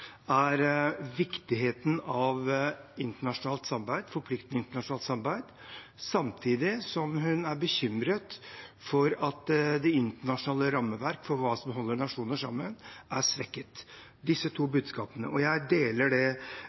er viktigheten av forpliktende internasjonalt samarbeid, samtidig som hun er bekymret for at det internasjonale rammeverk for hva som holder nasjoner sammen, er svekket. Disse to er budskapene. Jeg deler det